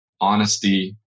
honesty